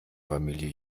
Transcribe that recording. familie